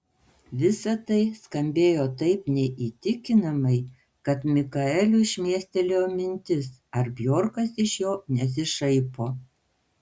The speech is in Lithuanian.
visa tai skambėjo taip neįtikimai kad mikaeliui šmėstelėjo mintis ar bjorkas iš jo nesišaipo